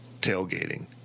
tailgating